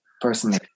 personally